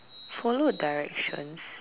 follow directions